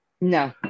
No